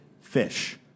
fish